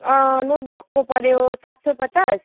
नोटबुकको पऱ्यो सात सौ पचास